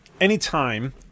Anytime